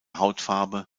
hautfarbe